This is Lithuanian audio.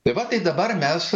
tai va tai dabar mes